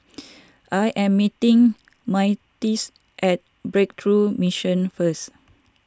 I am meeting Myrtice at Breakthrough Mission first